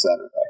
Saturday